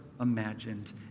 imagined